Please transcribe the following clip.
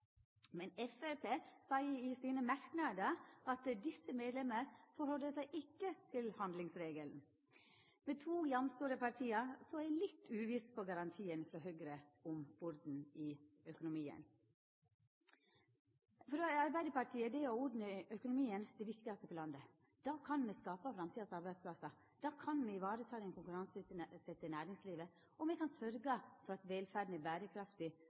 Men Framstegspartiet seier i sine merknader: «Disse medlemmer forholder seg ikke til handlingsregelen » Med to jamstore parti er eg litt uviss på garantien frå Høgre om orden i økonomien. For Arbeidarpartiet er det å ha orden i økonomien det viktigaste for landet. Da kan me skapa framtidas arbeidsplassar. Da kan me vareta det konkurranseutsette næringslivet, og me kan sørgja for at velferda er berekraftig,